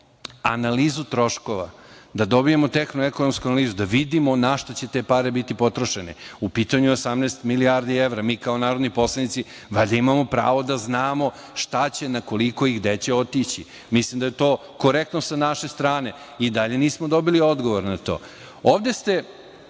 analizu troškova, da dobijemo tehno-ekonomsku analizu da vidimo na šta će te pare biti potrošene. U pitanju je 18 milijardi evra. Mi kao narodni poslanici valjda imao pravo da znamo šta će, na koliko i gde će otići. Mislim da je to korektno sa naše strane. I dalje nismo dobili odgovor na to. Ovde ste